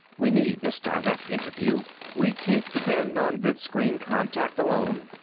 we need this direct interview we can't depend on vidscreen contact alone.